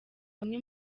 bamwe